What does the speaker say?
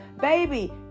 Baby